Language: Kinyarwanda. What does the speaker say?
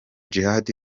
djihad